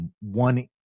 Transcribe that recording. one